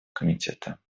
комитета